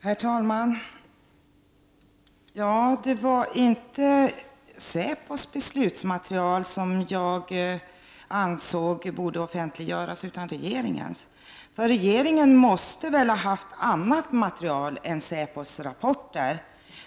Herr talman! Det var inte säpos beslutsmaterial utan regeringens som jag ansåg borde offentliggöras. Regeringen måste väl ha haft annat material än säpos rapporter.